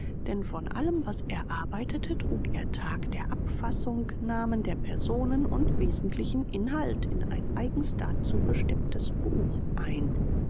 denn von allem was er arbeitete trug er tag der abfassung namen der personen und wesentlichen inhalt in ein eigens dazu bestimmtes buch ein